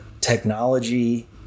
technology